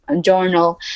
journal